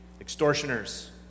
extortioners